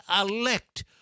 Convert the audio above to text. elect